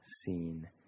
seen